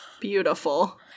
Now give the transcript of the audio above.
Beautiful